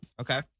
Okay